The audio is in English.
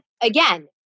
Again